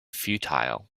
futile